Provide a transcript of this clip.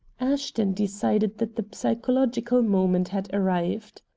ashton decided that the psychological moment had arrived.